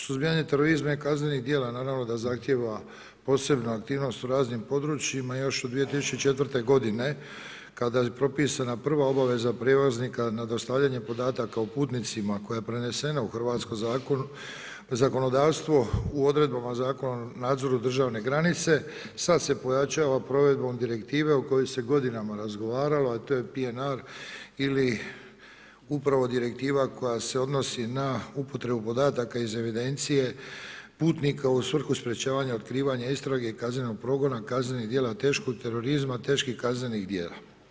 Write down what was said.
Suzbijanje terorizma i kaznenih djela naravno da zahtjeva posebnu aktivnost u raznim područjima još od 2004. godine kada je propisana prva obaveza prijevoznika na dostavljanje podataka o putnicima koja je prenesena u hrvatsko zakonodavstvo u odredbama Zakona o nadzoru državne granice, sada se pojačava provedbom direktive o kojoj se godinama razgovaralo, a to je … ili upravo direktiva koja se odnosi na upotrebu podataka iz evidencije putnika u svrhu sprečavanja otkrivanja istrage i kaznenog progona kaznenih djela, teškog terorizma, teških kaznenih djela.